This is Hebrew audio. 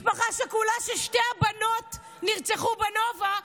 משפחה שכולה ששתי בנות שלה נרצחו בנובה,